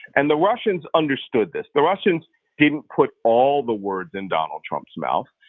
and the russians understood this. the russians didn't put all the words in donald trump's mouth,